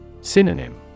Synonym